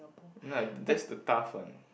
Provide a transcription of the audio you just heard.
ah that's the tough one